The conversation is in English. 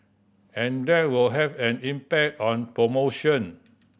and that will have an impact on promotion